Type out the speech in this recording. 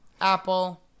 apple